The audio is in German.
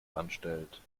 anstellt